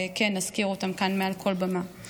וכן נזכיר אותם כאן מעל כל במה.